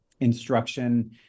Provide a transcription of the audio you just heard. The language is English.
instruction